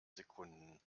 sekunden